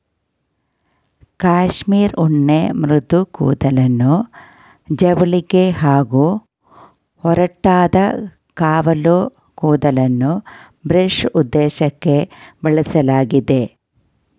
cashmere ಉಣ್ಣೆ ಮೃದು ಕೂದಲನ್ನು ಜವಳಿಗೆ ಹಾಗೂ ಒರಟಾದ ಕಾವಲು ಕೂದಲನ್ನು ಬ್ರಷ್ ಉದ್ದೇಶಕ್ಕೇ ಬಳಸಲಾಗ್ತದೆ